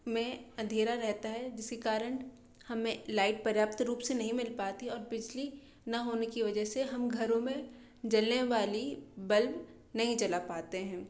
में अंधेरा रहता है जिसके कारण हमें लाइट पर्याप्त रूप से नहीं मिल पाती है और बिजली ना होने की वजह से हम घरों में जलने वाली बल्ब नहीं जला पाते हैं